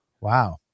Wow